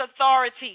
authority